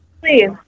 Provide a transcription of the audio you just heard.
please